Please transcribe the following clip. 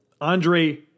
Andre